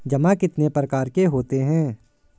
जमा कितने प्रकार के होते हैं?